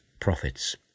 prophets